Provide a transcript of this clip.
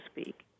speak